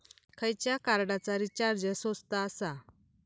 खयच्या कार्डचा रिचार्ज स्वस्त आसा?